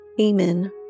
Amen